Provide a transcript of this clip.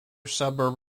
suburb